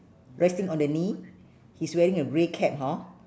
resting on the knee he's wearing a grey cap hor